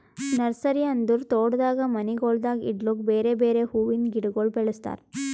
nursery ಅಂದುರ್ ತೋಟದಾಗ್ ಮನಿಗೊಳ್ದಾಗ್ ಇಡ್ಲುಕ್ ಬೇರೆ ಬೇರೆ ಹುವಿಂದ್ ಗಿಡಗೊಳ್ ಬೆಳುಸ್ತಾರ್